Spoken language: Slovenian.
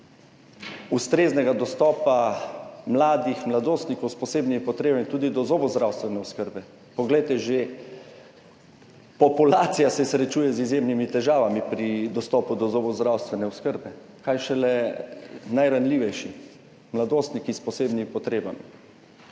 ustreznega dostopa za mladostnike s posebnimi potrebami do zobozdravstvene oskrbe. Že populacija se srečuje z izjemnimi težavami pri dostopu do zobozdravstvene oskrbe, kaj šele najranljivejši, mladostniki s posebnimi potrebami.